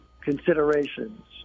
considerations